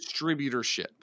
distributorship